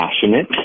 passionate